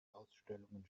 ausstellungen